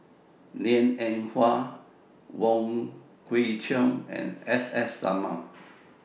Liang Eng Hwa Wong Kwei Cheong and S S Sarma